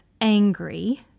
angry